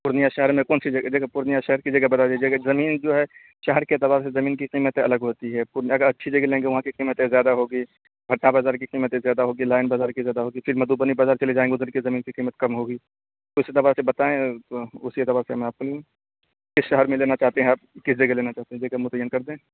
پورنیہ شہر میں کون سی جگہ پورنیہ شہر کی جگہ بتا دیجیے گا زمین جو ہے شہر کے اعتبار سے زمین کی قیمتیں الگ ہوتی ہے اگر اچھی جگہ لیں گے وہاں کی قیمتیں زیادہ ہوگی اٹا بازار کی قیمیتں زیادہ ہو گی لائن بازار کی زیادہ ہوگی پھر مدھوبنی بازار چلے جائیں گے ادھر کی زمین کی قیمت کم ہوگی اس اعتبار سے بتائیں تو اسی اعتبار سے میں آپ کو کس شہر میں لینا چاہتے ہیں آپ کس جگہ لینا چاہتے ہیں جگہ متعین کر دیں